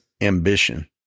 ambition